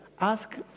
Ask